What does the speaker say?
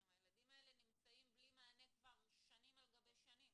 הילדים האלה נמצאים בלי מענה כבר שנים על גבי שנים.